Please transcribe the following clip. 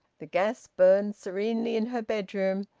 the gas burned serenely in her bedroom,